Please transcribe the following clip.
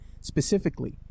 specifically